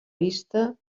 vista